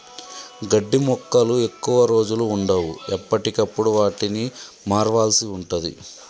గడ్డి మొక్కలు ఎక్కువ రోజులు వుండవు, ఎప్పటికప్పుడు వాటిని మార్వాల్సి ఉంటది